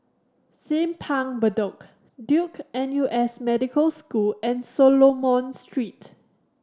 Simpang Bedok Duke N U S Medical School and Solomon Street